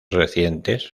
recientes